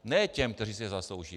Ne těm, kteří si je zaslouží.